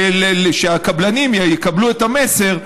ושהקבלנים יקבלו את המסר.